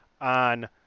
on